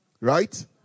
Right